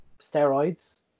steroids